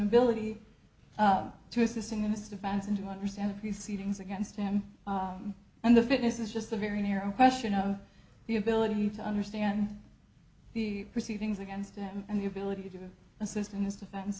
ability to assisting in this to fans and to understand the precedings against him and the fitness is just a very narrow question of the ability to understand the proceedings against him and the ability to assist in his defense